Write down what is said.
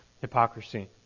hypocrisy